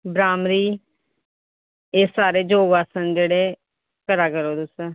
भ्रामरी एह् सारे योगा आसन जेह्ड़े करा करो तुसें